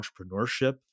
entrepreneurship